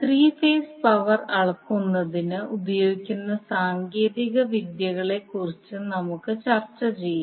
three phase power അളക്കുന്നതിന് ഉപയോഗിക്കുന്ന സാങ്കേതിക വിദ്യകളെക്കുറിച്ച് നമുക്ക് ചർച്ച ചെയ്യാം